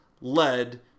led